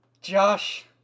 Josh